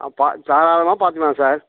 ஆ பா தாராளமாக பார்த்துக்கலாம் சார்